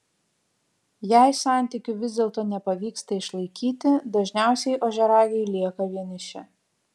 jei santykių vis dėlto nepavyksta išlaikyti dažniausiai ožiaragiai lieka vieniši